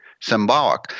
symbolic